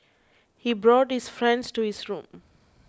he brought his friends to his room